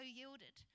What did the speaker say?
yielded